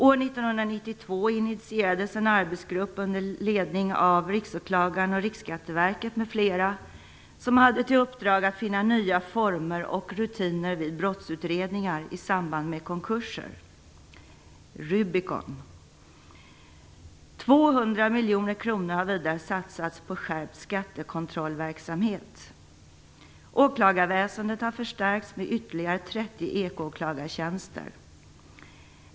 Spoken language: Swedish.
År 1992 initierades en arbetsgrupp under ledning av Riksåklagaren, Riksskatteverket, m.fl. som hade till uppdrag att finna nya former och rutiner vid brottsutredningar i samband med konkurser - Rubicon. 200 miljoner kronor har vidare satsats på skärpt skattekontrollverksamhet. Åklagarväsendet har förstärkts med ytterligare 30 ekoåklagartjänster.